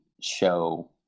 show